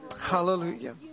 Hallelujah